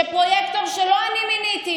פרויקטור שלא אני מיניתי,